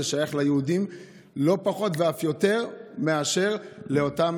זה שייך ליהודים לא פחות ואף יותר מאשר לאותם